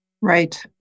Right